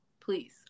please